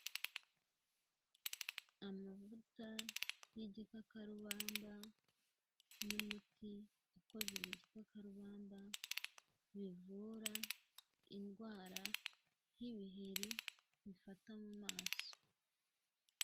Amavuta y'igikakarubamba, n'umuti ukoze imitwa karubanmba, bivura indwara nk'ibiheri bifata mu maso.